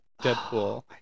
Deadpool